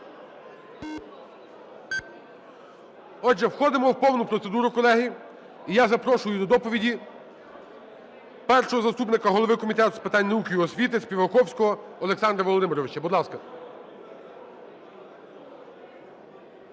Отже, входимо в повну процедуру, колеги. І я запрошую до доповіді першого заступника голови Комітету з питань науки і освіти Співаковського Олександра Володимировича, будь ласка.